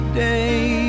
day